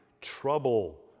trouble